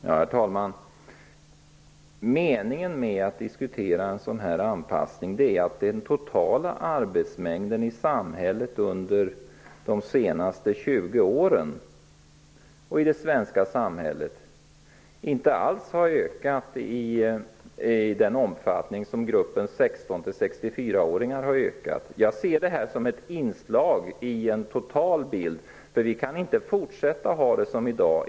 Herr talman! Orsaken till att jag vill diskutera en sådan anpassning är att den totala arbetsmängden i det svenska samhället under de senaste 20 åren inte alls har ökat i den omfattning som gruppen 16--64 åringar har ökat. Jag ser detta såsom ett inslag i en total bild. Vi kan inte fortsätta att ha det som i dag.